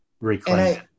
reclaim